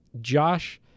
Josh